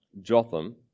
jotham